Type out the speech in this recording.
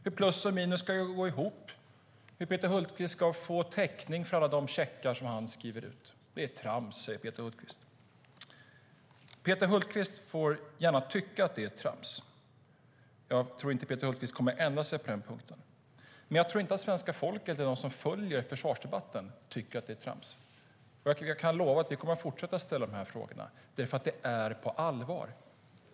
Hur plus och minus ska gå ihop, hur Peter Hultqvist ska få täckning för alla de checkar han skriver ut, det är trams, säger Peter Hultqvist. Peter Hultqvist får gärna tycka att det är trams. Jag tror inte att Peter Hultqvist kommer att ändra sig på den punkten. Men jag tror inte att svenska folket och de som följer försvarsdebatten tycker att det är trams. Jag kan lova att vi kommer att fortsätta att ställa de här frågorna, för det är på allvar.